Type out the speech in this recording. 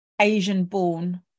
Asian-born